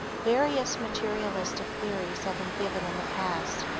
various materialistic theories have been given in the past,